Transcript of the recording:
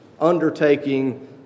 undertaking